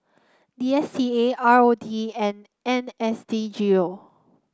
D S T A R O D and N S D G O